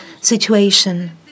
situation